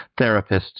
therapists